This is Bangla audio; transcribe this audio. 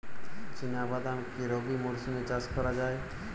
চিনা বাদাম কি রবি মরশুমে চাষ করা যায়?